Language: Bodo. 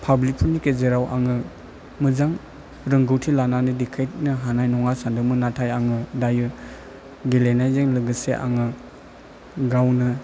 पाब्लिक फोरनि गेजेराव आङो मोजां रोंगौथि लानानै देखायनो हानाय नङा सानदोंमोन नाथाय आङो दायो गेलेनायजों लोगोसे आङो गावनो